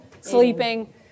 sleeping